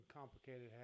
complicated